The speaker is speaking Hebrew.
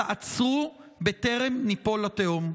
תעצרו בטרם ניפול לתהום.